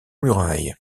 murailles